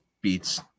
beats